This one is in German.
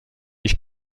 ich